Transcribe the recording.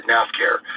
Nafcare